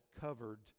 covered